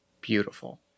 Beautiful